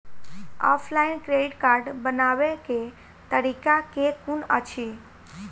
Offline credit card बनाबै केँ तरीका केँ कुन अछि?